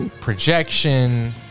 projection